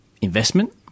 investment